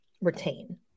retain